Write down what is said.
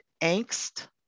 angst